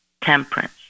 temperance